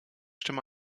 stimme